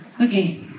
okay